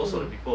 mm